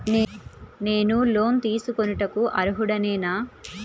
నేను లోన్ తీసుకొనుటకు అర్హుడనేన?